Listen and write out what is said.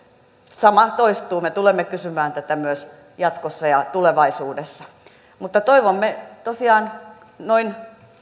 sama toistuu me tulemme kysymään tätä myös jatkossa ja tulevaisuudessa mutta toivomme tosiaan noin